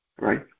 right